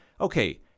okay